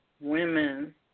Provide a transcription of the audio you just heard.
women